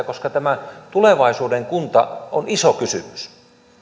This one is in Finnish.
koska tämä tulevaisuuden kunta on iso kysymys